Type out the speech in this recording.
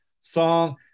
Song